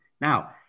Now